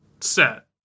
set